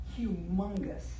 humongous